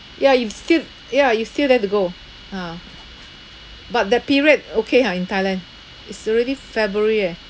ya you still ya you still don't have to go ah but that period okay ha in thailand it's already february eh